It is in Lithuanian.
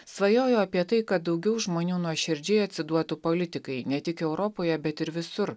svajoju apie tai kad daugiau žmonių nuoširdžiai atsiduotų politikai ne tik europoje bet ir visur